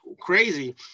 crazy